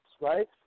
Right